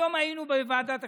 היום היינו בוועדת הכספים,